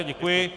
Děkuji.